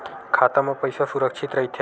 खाता मा पईसा सुरक्षित राइथे?